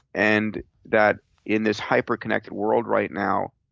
and that in this hyperconnected world right now,